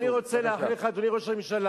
אני רוצה לאחל לך, אדוני ראש הממשלה,